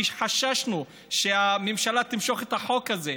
כי חששנו שהממשלה תמשוך את החוק הזה.